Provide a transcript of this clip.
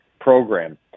program